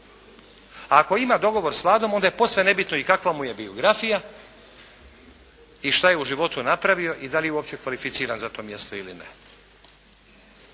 A ako ima dogovor s Vladom onda je posve nebitno i kakva mu je biografija i šta je u životu napravio i da li je uopće kvalificiran za to mjesto ili ne?